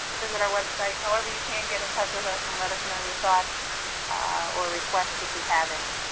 visit our website. however you can, get in touch with us and let us know your thoughts or requests if you have any.